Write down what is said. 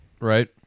Right